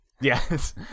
Yes